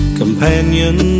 companion